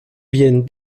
viennent